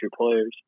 players